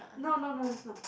no no no it's not